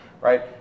right